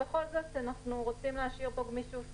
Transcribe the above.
בכל זאת אנחנו רוצים להשאיר פה גמישות.